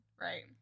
Right